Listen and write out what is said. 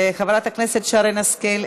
חברת הכנסת שרן השכל,